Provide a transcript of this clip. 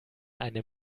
eine